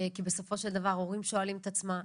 כי בסופו של דבר הורים שואלים את עצמם,